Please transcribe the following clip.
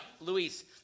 Luis